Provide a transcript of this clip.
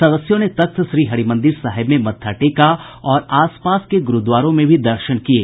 सदस्यों ने तख्त श्रीहरिमंदिर साहिब में मत्था टेका और आसपास के गुरूद्वारों में भी दर्शन किये